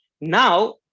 Now